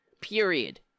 period